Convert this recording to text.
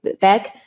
back